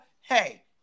hey-